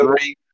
three